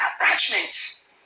attachments